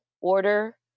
order